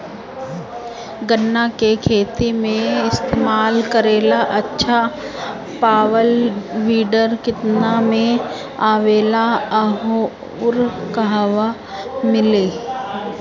गन्ना के खेत में इस्तेमाल करेला अच्छा पावल वीडर केतना में आवेला अउर कहवा मिली?